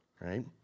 right